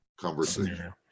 conversation